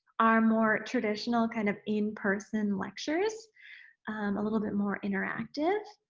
our more traditional kind of in person lectures a little bit more interactive